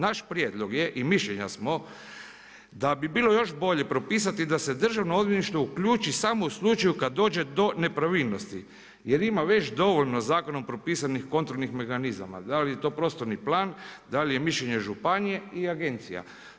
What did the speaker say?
Naš prijedlog je i mišljenja smo da bi bilo još bolje propisati da se Državno odvjetništvo uključi samo u slučaju kada dođe do nepravilnosti jer ima već dovoljno zakonom propisanih kontrolnih mehanizama, da li je to prostorni plan, da li je mišljenje županije i agencija.